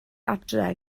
adre